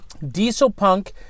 dieselpunk